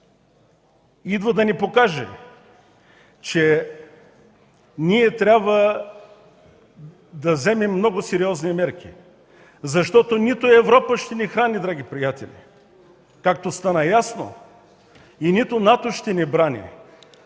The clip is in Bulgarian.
идва да ни подскаже, че ние трябва да вземем много сериозни мерки, защото нито Европа ще ни храни, драги приятели, както стана ясно, нито НАТО ще ни брани,